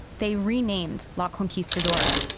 they renamed la conquistadora,